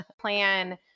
plan